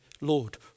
Lord